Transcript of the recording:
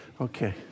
Okay